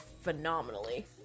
phenomenally